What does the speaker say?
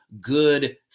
good